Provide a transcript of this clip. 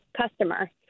customer